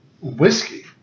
whiskey